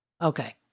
Okay